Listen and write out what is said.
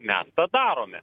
mes tą darome